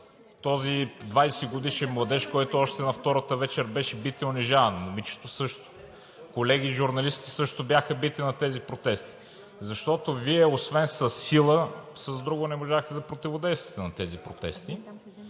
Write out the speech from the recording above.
този 20-годишен младеж, който още на втората вечер беше бит и унижаван, момичето също. Колеги журналисти също бяха бити на тези протести, защото Вие освен със сила, с друго не можахте на противодействате на тези протести